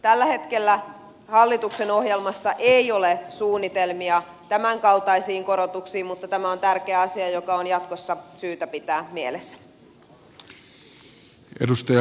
tällä hetkellä hallituksen ohjelmassa ei ole suunnitelmia tämän kaltaisiin korotuksiin mutta tämä on tärkeä asia joka on jatkossa syytä pitää mielessä